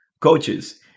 coaches